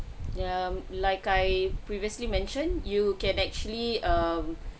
ya like I previously mentioned you can actually err